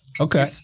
Okay